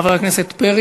חבר הכנסת פרי